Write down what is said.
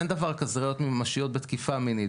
אין דבר כזה ראיות ממשיות בתקיפה מינית,